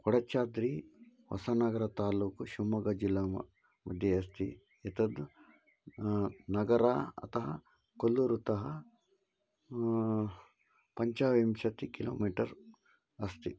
कोडच्चाद्रि होसनगरं तालूक शिव्मोग्गाजिल्लाम मध्ये अस्ति एतद् नगरम् अतः कोल्लूरुतः पञ्चविंशतिः किलोमीटर् अस्ति